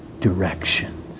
directions